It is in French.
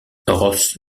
ross